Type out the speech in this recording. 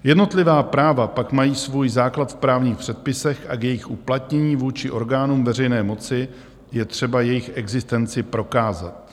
Jednotlivá práva pak mají svůj základ v právních předpisech a k jejich uplatnění vůči orgánům veřejné moci je třeba jejich existenci prokázat.